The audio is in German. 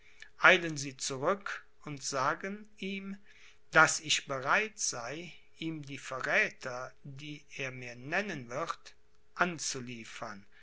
eilen sie zurück und sagen ihm daß ich bereit sei ihm die verräther die er mir nennen wird